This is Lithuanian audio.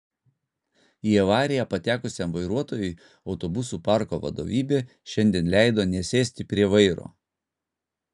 į avariją patekusiam vairuotojui autobusų parko vadovybė šiandien leido nesėsti prie vairo